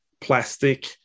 plastic